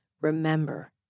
Remember